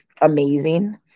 amazing